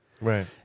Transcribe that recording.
Right